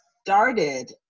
started